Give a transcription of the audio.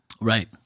Right